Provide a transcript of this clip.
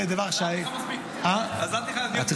זה דבר --- עזרתי לך מספיק.